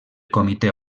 comitè